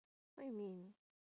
what you mean